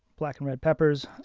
black and red peppers.